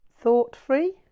Thought-free